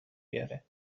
بیاره